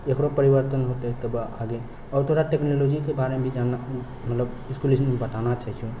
ओकरो परिवर्तन हेतै तऽ बहाली आओर थोड़ा टेक्नोलोजीके बारेमे भी जानना मतलब इसकुलमे बताना चाहिय